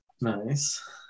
Nice